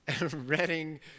Reading